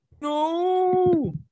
No